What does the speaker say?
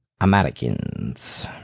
Americans